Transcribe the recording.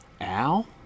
Al